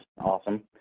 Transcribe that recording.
awesome